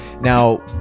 Now